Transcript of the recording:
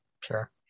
Sure